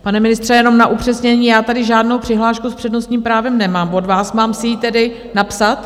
Pane ministře, jenom na upřesnění, já tady žádnou přihlášku s přednostním právem nemám od vás, mám si ji tedy napsat?